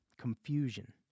confusion